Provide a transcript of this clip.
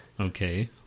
okay